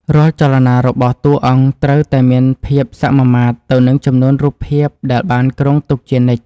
រាល់ចលនារបស់តួអង្គត្រូវតែមានភាពសមាមាត្រទៅនឹងចំនួនរូបភាពដែលបានគ្រោងទុកជានិច្ច។